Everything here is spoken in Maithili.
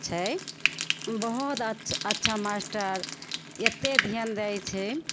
छै ओ बहुत अच्छा अच्छा मास्टर एतेक धिआन दै छै